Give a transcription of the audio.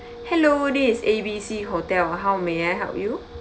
hello this is A B C hotel how may I help you